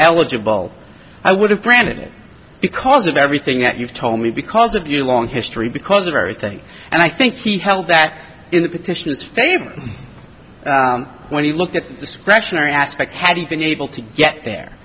eligible i would have granted it because of everything that you've told me because of your long history because of everything and i think he held that in the petitions favor when he looked at the discretionary aspect had he been able to get there